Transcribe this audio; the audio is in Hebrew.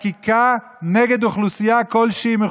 חקיקה מכוונת נגד אוכלוסייה כלשהי.